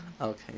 Okay